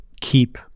keep